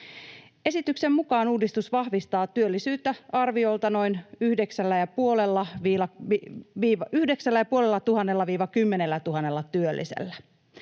Esityksen mukaan uudistus vahvistaa työllisyyttä arviolta noin 9 500—10 000 työllisellä.